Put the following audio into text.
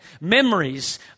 memories